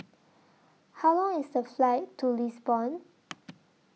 How Long IS The Flight to Lisbon